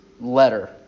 letter